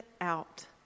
out